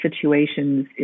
situations